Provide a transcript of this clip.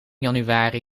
januari